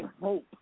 hope